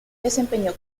desempeñó